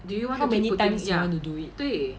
how many times you want to do it